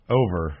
over